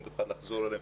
אם תוכל לחזור עליהם.